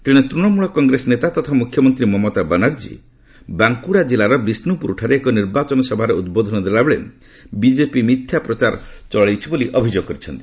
ତେଶେ ତୂଣମୂଳ କଂଗ୍ରେସ ନେତା ତଥା ମୁଖ୍ୟମନ୍ତ୍ରୀ ମମତା ବାନାର୍ଜୀ ବାଙ୍କୁଡାଜିଲ୍ଲାର ବିଷ୍ଣୁପୁରଠାରେ ଏକ ନିର୍ବାଚନୀ ସଭାରେ ଉଦ୍ବୋଧନ ଦେବାବେଳେ ବିଜେପି ମିଥ୍ୟା ପ୍ରଚାର ଚଳାଇଛି ବୋଲି ସେ ଅଭିଯୋଗ କରିଛନ୍ତି